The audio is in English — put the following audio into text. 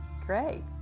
great